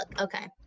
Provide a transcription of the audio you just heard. okay